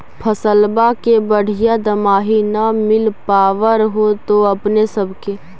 फसलबा के बढ़िया दमाहि न मिल पाबर होतो अपने सब के?